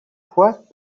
fois